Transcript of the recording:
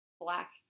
black